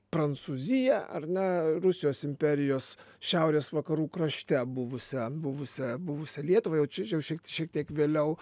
prancūziją ar na rusijos imperijos šiaurės vakarų krašte buvusią buvusią buvusią lietuvą jau čia jau šie šiek tiek vėliau